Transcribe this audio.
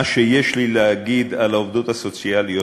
מה שיש לי להגיד על העובדות הסוציאליות